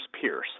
Pierce